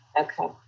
okay